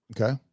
Okay